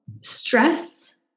stress